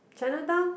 Chinatown